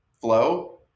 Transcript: flow